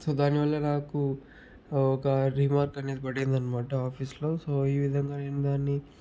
so దాని వల్ల నాకు ఒక రిమార్క్ అనేది పడిందన్నమాట ఆఫీస్లో సో ఈవిదంగా నేను దాన్ని